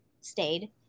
stayed